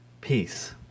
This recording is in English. peace